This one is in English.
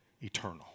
Eternal